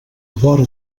vora